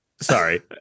sorry